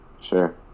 Sure